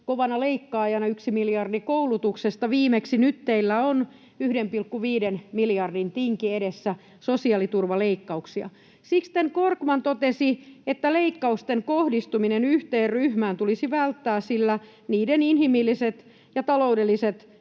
kovana leikkaajana: yksi miljardi koulutuksesta viimeksi, nyt teillä on edessä 1,5 miljardin tinki sosiaaliturvaleikkauksia. Sixten Korkman totesi, että leikkausten kohdistumista yhteen ryhmään tulisi välttää, sillä niiden inhimilliset ja taloudelliset